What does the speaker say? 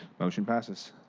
motion passes.